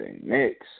next